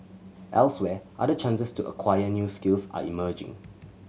elsewhere other chances to acquire new skills are emerging